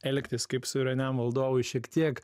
elgtis kaip suvereniam valdovui šiek tiek